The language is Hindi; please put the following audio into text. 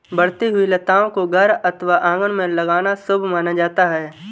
बढ़ती हुई लताओं को घर अथवा आंगन में लगाना शुभ माना जाता है